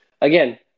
Again